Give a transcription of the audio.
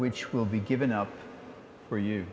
which will be given up for you